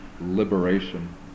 liberation